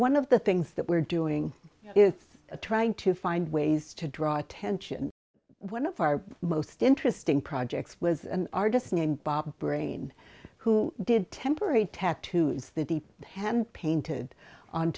one of the things that we're doing is trying to find ways to draw attention one of our most interesting projects was an artist named bob brain who did temporary tattoos the deep hand painted on